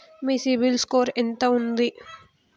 మీ CIBIL score ఎంత ఉంది?